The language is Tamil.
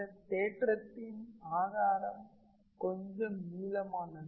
இந்த தேற்றத்தின் ஆதாரம் கொஞ்சம் நீளமானது